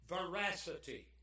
veracity